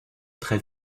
très